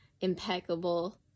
impeccable